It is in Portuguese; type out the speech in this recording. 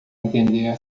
entender